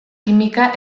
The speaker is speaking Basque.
kimika